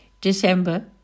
December